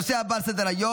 הנושא הבא על סדר-היום,